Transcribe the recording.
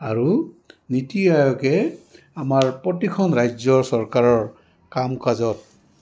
আৰু নীতি আয়োগে আমাৰ প্ৰতিখন ৰাজ্যৰ চৰকাৰৰ কাম কাজত